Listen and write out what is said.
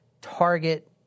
target